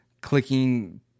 clicking